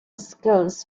skills